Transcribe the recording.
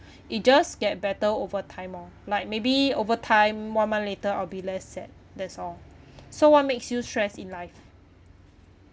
it just get better over time orh like maybe over time one month later I'll be less sad that's all so what makes you stress in life